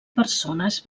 persones